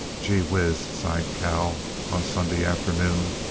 gee-whiz! sighed cal on sunday afternoon.